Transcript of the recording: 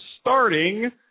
starting